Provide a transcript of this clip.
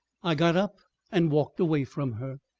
i got up and walked away from her,